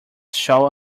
shall